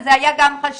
וזה גם היה חשדות.